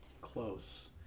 Close